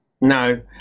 no